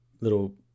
little